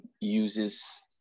uses